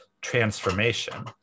transformation